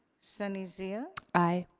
sunny zia? aye.